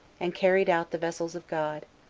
and carried out the vessels of god,